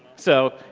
so,